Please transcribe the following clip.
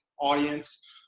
audience